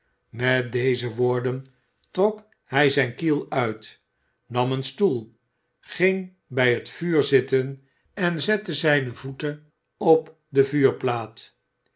met deze woorden trok hij zijn kiel uit nam een stoel ging bij het vuur zitten en zette zijne voeten op de